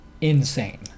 insane